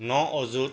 ন অযুত